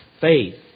faith